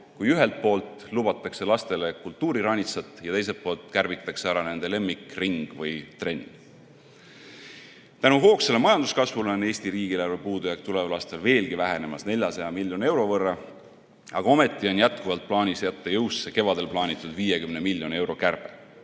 kui ühelt poolt lubatakse lastele kultuuriranitsat ja teiselt poolt kärbitakse ära nende lemmikring või -trenn. Tänu hoogsale majanduskasvule on Eesti riigieelarve puudujääk tuleval aastal vähenemas 400 miljoni euro võrra, aga ometi on jätkuvalt plaanis jätta jõusse kevadel plaanitud 50 miljoni eurone kärbe.